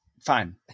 fine